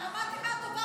למדתי מהטובה